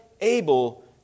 Able